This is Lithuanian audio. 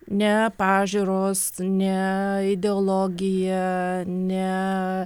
ne pažiūros ne ideologija ne